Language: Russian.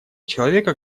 человека